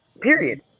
Period